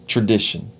Tradition